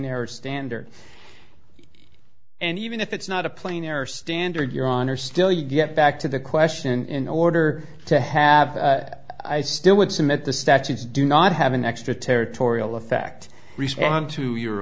error standard and even if it's not a plane error standard your honor still you get back to the question in order to have i still would submit the statutes do not have an extra territorial effect respond to your